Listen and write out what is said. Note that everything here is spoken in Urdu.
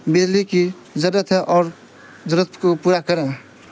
بجلی کی ضرورت ہے اور ضرورت کو پورا کریں